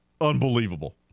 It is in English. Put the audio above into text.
Unbelievable